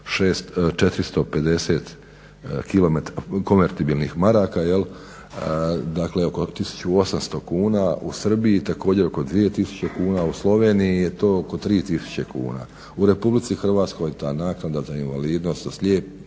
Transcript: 450 konvertibilnih maraka, dakle oko 1800 kuna, u Srbiji također oko 2000 kuna, u Sloveniji je to oko 3000 kuna, u RH je ta naknada za invalidnost, za slijepu,